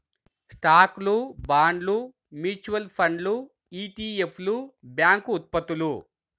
స్టాక్లు, బాండ్లు, మ్యూచువల్ ఫండ్లు ఇ.టి.ఎఫ్లు, బ్యాంక్ ఉత్పత్తులు